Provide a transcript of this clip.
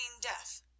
death